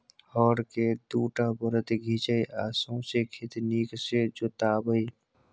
हर केँ दु टा बरद घीचय आ सौंसे खेत नीक सँ जोताबै